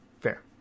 fair